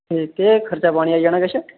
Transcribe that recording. ठीक केह् खर्चा पानी आई जाना किश